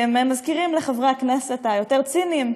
כי הם מזכירים לחברי הכנסת היותר-ציניים